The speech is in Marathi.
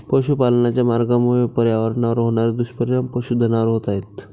पशुपालनाच्या मार्गामुळे पर्यावरणावर होणारे दुष्परिणाम पशुधनावर होत आहेत